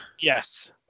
Yes